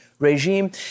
regime